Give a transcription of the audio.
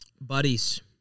Buddies